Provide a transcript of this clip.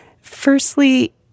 Firstly